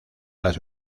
las